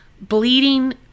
bleeding